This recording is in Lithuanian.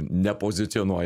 ne pozicionuoja